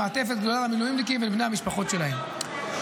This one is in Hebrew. מעטפת גדולה למילואימניקים ולבני המשפחות שלהם.